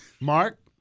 Mark